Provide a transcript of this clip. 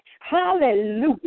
Hallelujah